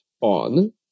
on